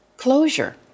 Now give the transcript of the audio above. Closure